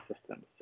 Systems